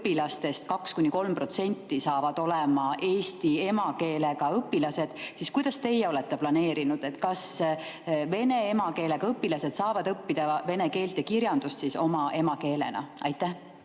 õpilastest 2–3% saavad olema eesti emakeelega õpilased, siis kuidas te olete planeerinud, kas vene emakeelega õpilased saavad õppida vene keelt ja kirjandust oma emakeeles? Aitäh,